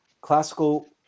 classical